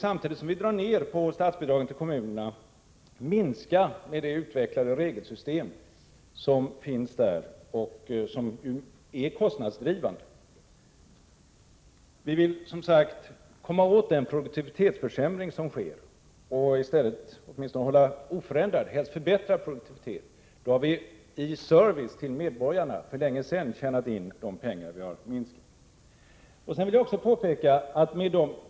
Samtidigt som vi drar ned på statsbidragen till kommunerna vill vi minska det utvecklade regelsystem som finns där och som är kostnadsdrivande. Vi vill som sagt komma åt den produktivitetsförsämring som sker och i stället åtminstone behålla en oförändrad, helst få en förbättrad, produktivitet. Då har vi i service till medborgarna för länge sedan tjänat in de pengar som vi har tagit från kommunerna.